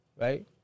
Right